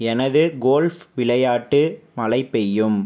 எனது கோல்ஃப் விளையாட்டு மழை பெய்யும்